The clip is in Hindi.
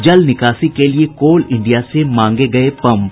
जल निकासी के लिए कोल इंडिया से मांगे गये पम्प